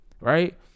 right